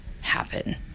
happen